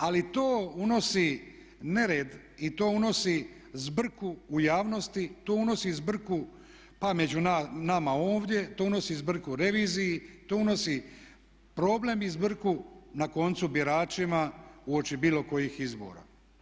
Ali to unosi nered i to unosi zbrku u javnosti, to unosi zbrku pa među nama ovdje, to unosi zbrku reviziji, to unosi problem i zbrku na koncu biračima uoči bilo kojih izbora.